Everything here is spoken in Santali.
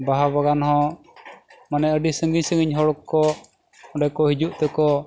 ᱵᱟᱦᱟ ᱵᱟᱜᱟᱱ ᱦᱚᱸ ᱢᱟᱱᱮ ᱟᱹᱰᱤ ᱥᱟᱺᱜᱤᱧ ᱥᱟᱺᱜᱤᱧ ᱦᱚᱲ ᱠᱚ ᱚᱸᱰᱮ ᱠᱚ ᱦᱤᱡᱩᱜ ᱛᱮᱠᱚ